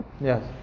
Yes